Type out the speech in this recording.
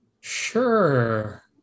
sure